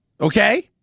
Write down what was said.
Okay